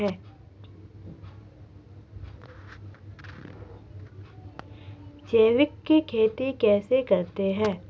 जैविक खेती कैसे करते हैं?